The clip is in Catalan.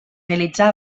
realitzar